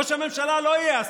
ראש הממשלה לא יהיה אסיר.